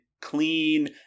clean